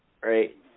right